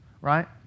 right